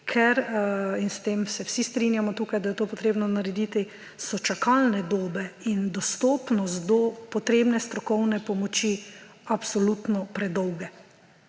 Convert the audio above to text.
Ker, in s tem se vsi strinjamo tukaj, da je to potrebno narediti, so čakalne dobe in dostopnost do potrebne strokovne pomoči absolutno predolge.